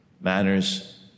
manners